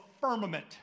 firmament